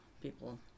People